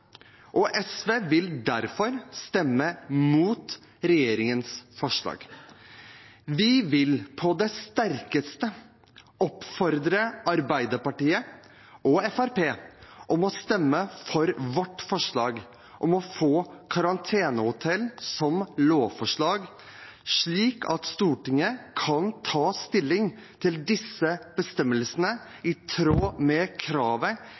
og SV vil derfor stemme imot regjeringens forslag. Vi vil på det sterkeste oppfordre Arbeiderpartiet og Fremskrittspartiet til å stemme for vårt forslag om å få karantenehotell som lovforslag, slik at Stortinget kan ta stilling til disse bestemmelsene i tråd med kravet